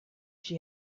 she